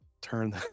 turn